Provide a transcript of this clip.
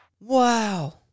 Wow